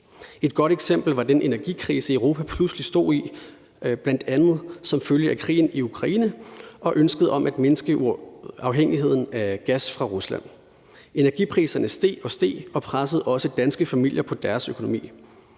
Et godt eksempel var den energikrise, Europa pludselig stod i bl.a. som følge af krigen i Ukraine og ønsket om at mindske afhængigheden af gas fra Rusland. Energipriserne steg og steg og pressede også danske familier på deres økonomi.